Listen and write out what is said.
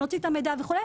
נוציא את המידע וכו'